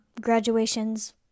graduations